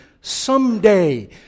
someday